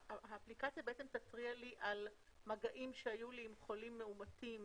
האפליקציה בעצם תיתן לי התראה על מגעים שהיו לי עם חולים מאומתים